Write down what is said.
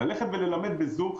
ללכת וללמד בזום,